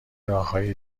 راههای